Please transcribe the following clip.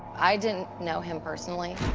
i didn't know him personally.